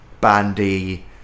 bandy